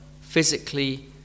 physically